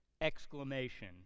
exclamation